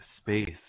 space